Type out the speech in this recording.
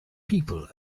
people